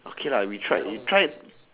okay lah we tried we try